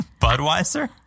Budweiser